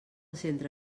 centre